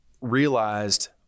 realized